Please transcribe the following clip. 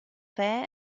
fair